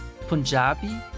Punjabi